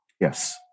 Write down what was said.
Yes